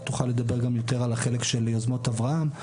תדבר יותר על החלק של יוזמות אברהם,